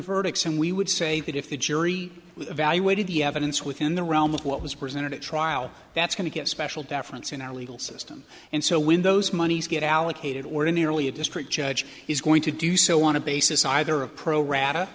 verdicts and we would say that if the jury with evaluated the evidence within the realm of what was presented at trial that's going to get special deference in our legal system and so when those monies get allocated ordinarily a district judge is going to do so want to basis either a pro rata